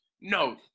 No